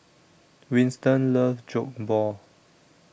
Winston loves Jokbal